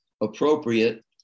appropriate